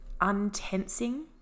untensing